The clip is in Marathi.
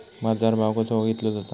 बाजार भाव कसो बघीतलो जाता?